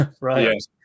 Right